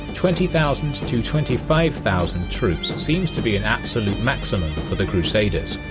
twenty thousand to twenty five thousand troops seems to be an absolute maximum for the crusaders.